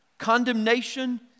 Condemnation